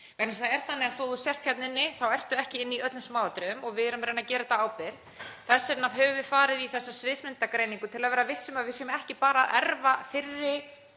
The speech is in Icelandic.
er þannig að þó að þú sért hérna inni þá ertu ekki inni í öllum smáatriðum og við erum að reyna að gera þetta af ábyrgð. Þess vegna höfum við farið í þessa sviðsmyndagreiningu, til að vera viss um að við séum ekki bara að erfa fyrri